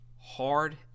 hard